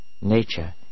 Nature